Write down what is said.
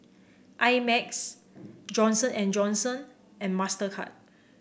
I Max Johnson And Johnson and Mastercard